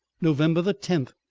november the tenth,